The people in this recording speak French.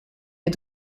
est